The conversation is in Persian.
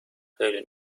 خیلی